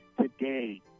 today